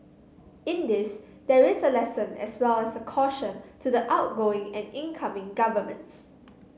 in this there is a lesson as well as a caution to the outgoing and incoming governments